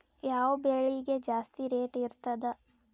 ಯಾವ ಬೆಳಿಗೆ ಜಾಸ್ತಿ ರೇಟ್ ಇರ್ತದ?